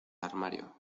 armario